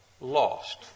lost